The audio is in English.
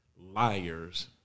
liars